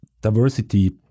diversity